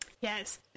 Yes